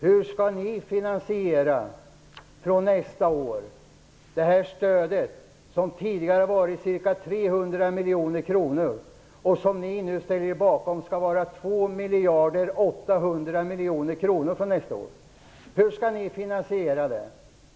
Hur skall ni fr.o.m. nästa år finansiera det stöd som tidigare har uppgått till ca 300 miljoner kronor och som ni nu säger skall uppgå till 2 800 miljoner kronor för nästa år?